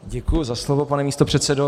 Děkuji za slovo, pane místopředsedo.